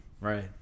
Right